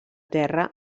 terra